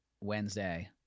Wednesday